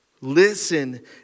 Listen